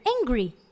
angry